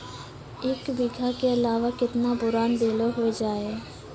एक बीघा के अलावा केतना बोरान देलो हो जाए?